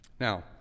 Now